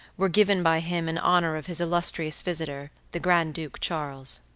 were given by him in honor of his illustrious visitor, the grand duke charles.